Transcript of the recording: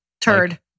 Turd